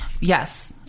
yes